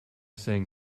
saying